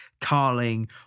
Carling